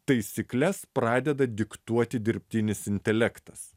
taisykles pradeda diktuoti dirbtinis intelektas